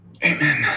Amen